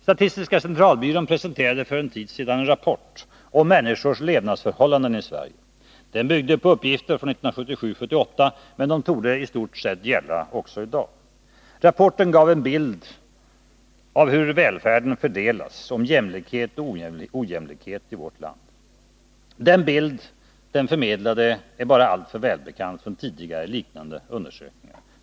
Statistiska centralbyrån presenterade för en tid sedan en rapport om människors levnadsförhållanden i Sverige. Den byggde på uppgifter från 1977-1978, men de torde i stort också gälla i dag. Rapporten gav en bild av hur välfärden fördelas, den handlade om jämlikhet och ojämlikhet i vårt land. Den bild den förmedlar lär vara alltför välbekant från tidigare, liknande undersökningar.